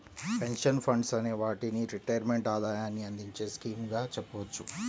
pension funds అనే వాటిని retirement ఆదాయాన్ని అందించే స్కీమ్స్ గా చెప్పవచ్చు